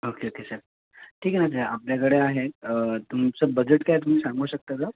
okay okay sir ठीक आहे ना ते आपल्याकडे आहे तुमचं बजेट काय तुम्ही सांगू शकता का